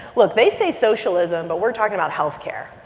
look. they say socialism, but we're talking about health care.